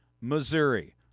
Missouri